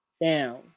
down